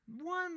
one